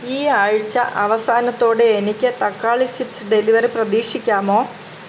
ഈ ആഴ്ച്ച അവസാനത്തോടെ എനിക്ക് തക്കാളി ചിപ്സ് ഡെലിവറി പ്രതീക്ഷിക്കാമോ